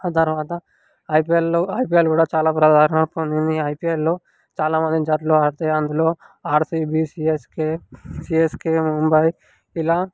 ఆ తర్వాత ఐపీఎల్లో ఐపీఎల్ కూడా చాలా ప్రజాదరణ పొందింది ఐపీఎల్లో చాలా జట్లు ఆడతాయి అందులో ఆర్సిబి సీఎస్కే సీఎస్కే ముంబాయి ఇలా